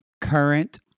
Current